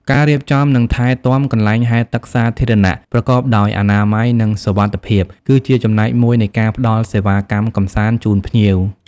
ការរៀបចំ និងថែទាំ កន្លែងហែលទឹកសាធារណៈ ប្រកបដោយអនាម័យ និងសុវត្ថិភាព គឺជាចំណែកមួយនៃការផ្តល់សេវាកម្មកម្សាន្តជូនភ្ញៀវ។